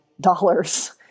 dollars